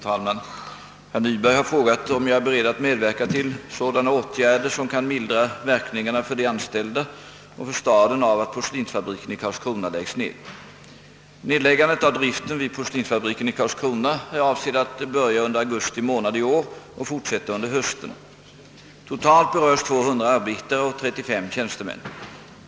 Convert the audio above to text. Herr talman! Herr Nyberg har frågat om jag är beredd att medverka till sådana åtgärder som kan mildra verkningarna för de anställda och för staden av att porslinsfabriken i Karlskrona läggs ned. Nedläggandet av driften vid porslinsfabriken i Karlskrona är avsedd att börja under augusti månad i år och fortsätta under hösten. Totalt berörs 200 arbetare och 35 tjänstemän.